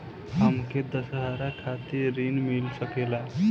हमके दशहारा खातिर ऋण मिल सकेला का?